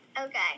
Okay